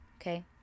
okay